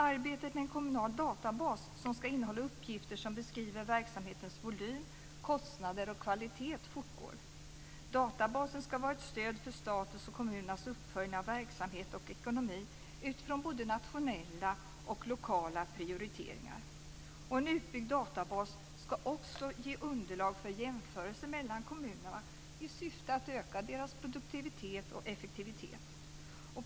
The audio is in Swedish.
Arbetet med en kommunal databas som ska innehålla uppgifter som beskriver verksamhetens volym, kostnader och kvalitet fortgår. Databasen ska vara ett stöd för statens och kommunernas uppföljning av verksamhet och ekonomi utifrån både nationella och lokala prioriteringar. En utbyggd databas ska också ge underlag för jämförelser mellan kommunerna i syfte att öka deras produktivitet och effektivitet.